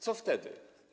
Co wtedy?